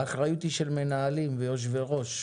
האחריות היא של מנהלים ויושבי-ראש,